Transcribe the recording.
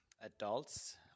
adults